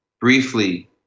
briefly